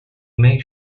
make